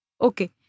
Okay